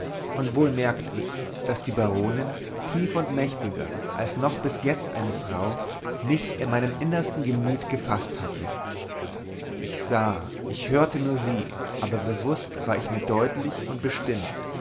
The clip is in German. und wohl merkt ich daß die baronin tiefer und mächtiger als noch bis jetzt eine frau mich in meinem innersten gemüt gefaßt hatte ich sah ich hörte nur sie aber bewußt war ich mir deutlich und bestimmt